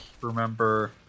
remember